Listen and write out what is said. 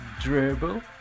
Dribble